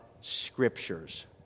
scriptures